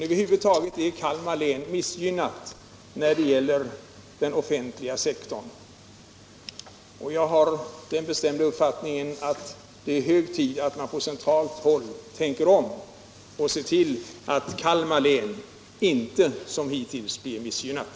Över huvud taget är Kalmar län missgynnat när det gäller den offentliga sektorn. Jag har den bestämda uppfattningen att det är hög tid att man på centralt håll tänker om och ser till att Kalmar län inte som hittills blir missgynnat.